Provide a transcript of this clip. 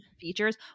features